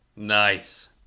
nice